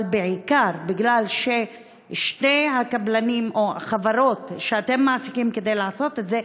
אבל בעיקר משום ששתי החברות שאתם מעסיקים כדי לעשות את זה,